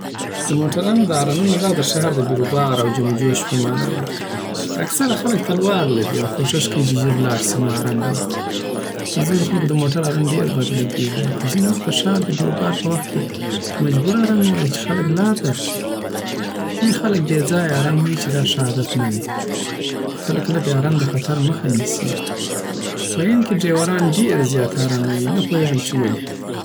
د موټرانو د هارنونو ږغ د ښار دبیروبار او جمجوش په معنی دی اکثره خلک تلوار لری او کوښښ کوی چی ژر ولاړ سی نو هارن ویی پرځینی خلکو دموټر هارن ډیر بد لګیږی خو ځینی وخت د ښار دبیربار په وخت کی مجبور هارن ووهی چی خلک لار درکړی ځینې خلک بې ځایه هارن وهي چی دا ښه عادت نه دی. خو کله کله بیا هارن د خطرمخه نیسی په هند کی ډریوران ډیر زیات هارن ویی نه پوهیږم چی ولی